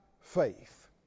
faith